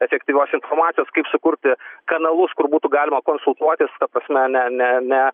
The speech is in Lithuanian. efektyvios informacijos kaip sukurti kanalus kur būtų galima konsultuotis ta prasme ne ne ne